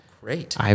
great